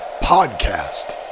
podcast